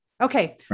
Okay